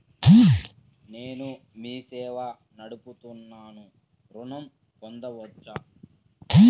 నేను మీ సేవా నడుపుతున్నాను ఋణం పొందవచ్చా?